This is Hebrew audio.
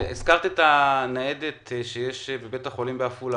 הזכרת את הניידת שיש בבית החולים בעפולה.